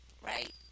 right